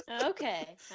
Okay